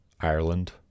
Ireland